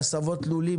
הסבות לולים,